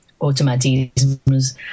automatisms